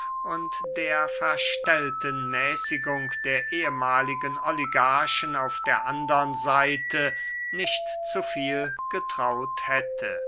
und der verstellten mäßigung der ehmaligen oligarchen auf der andern seite nicht zu viel getraut hätte